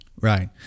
right